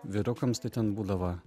vyrukams tai ten būdavo